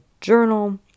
journal